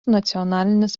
nacionalinis